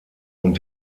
und